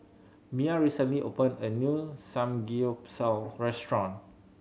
Miah recently opened a new Samgeyopsal restaurant